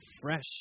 fresh